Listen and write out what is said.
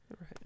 right